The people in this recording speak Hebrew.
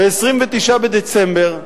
ב-29 בדצמבר,